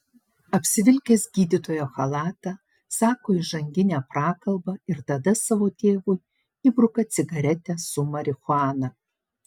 apsivilkęs gydytojo chalatą sako įžanginę prakalbą ir tada savo tėvui įbruka cigaretę su marihuana